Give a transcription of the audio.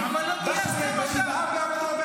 אבל לא גייסתם אותם.